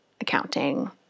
accounting